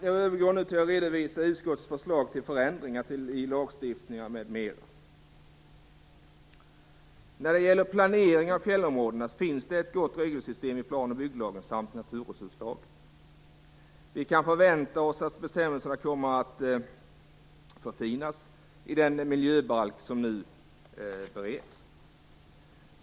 Jag övergår nu till att redovisa utskottets förslag till förändringar i lagstiftningar m.m. När det gäller planering av fjällområdena finns det ett gott regelsystem i plan och bygglagen samt i naturresurslagen. Vi kan förvänta oss att bestämmelserna kommer att förfinas i den miljöbalk som nu bereds.